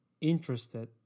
interested